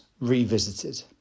revisited